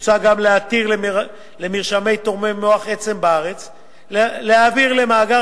מוצע גם להתיר למרשמי תורמי מוח עצם בארץ להעביר למאגר